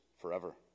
forever